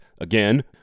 again